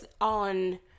on